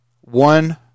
one